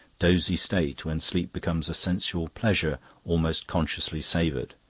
dozy state when sleep becomes a sensual pleasure almost consciously savoured.